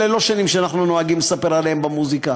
אלה לא שנים שאנחנו נוהגים לספר עליהן במוזיקה.